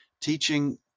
teaching